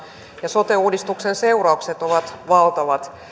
ja sote uudistuksen seuraukset ovat valtavat